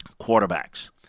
Quarterbacks